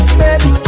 baby